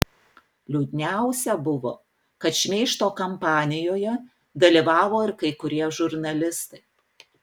liūdniausia buvo kad šmeižto kampanijoje dalyvavo ir kai kurie žurnalistai